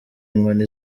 inkoni